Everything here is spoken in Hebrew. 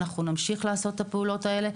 אנחנו נמשיך לעשות את הפעולות האלה,